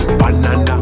banana